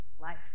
life